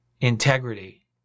integrity